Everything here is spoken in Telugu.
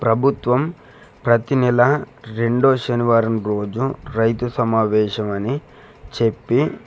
ప్రభుత్వం ప్రతి నెల రెండో శనివారం రోజు రైతు సమావేశం అని చెప్పి